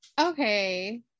Okay